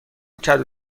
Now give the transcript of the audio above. کدو